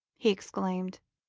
he exclaimed.